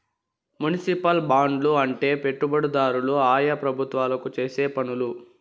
municipal బాండ్లు అంటే పెట్టుబడిదారులు ఆయా ప్రభుత్వాలకు చేసే రుణాలు